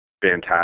fantastic